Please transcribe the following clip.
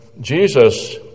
Jesus